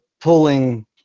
pulling